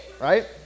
right